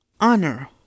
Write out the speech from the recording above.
honor